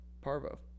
parvo